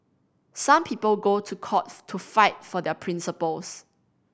some people go to court to fight for their principles